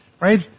Right